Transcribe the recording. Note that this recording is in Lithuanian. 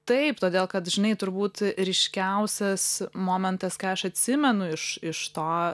taip todėl kad žinai turbūt ryškiausias momentas ką aš atsimenu iš iš to